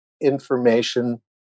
information